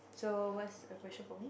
so what's the question for me